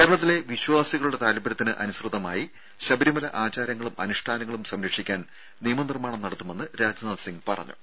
കേരളത്തിലെ വിശ്വാസികളുടെ താൽപ്പര്യത്തിനനുസൃതമായി ശബരിമല ആചാരങ്ങളും അനുഷ്ഠാനങ്ങളും സംരക്ഷിക്കാൻ നിയമ നിർമ്മാണം നടത്തുമെന്ന് രാജ്നാഥ് സിംഗ് പറഞ്ഞു